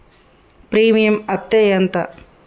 Premium అత్తే ఎంత?